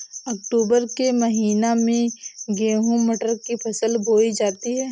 अक्टूबर के महीना में गेहूँ मटर की फसल बोई जाती है